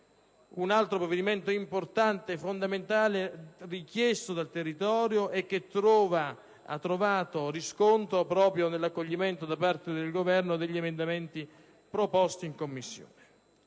altro provvedimento fondamentale richiesto dal territorio e che ha trovato riscontro proprio nell'accoglimento da parte del Governo degli emendamenti proposti in Commissione.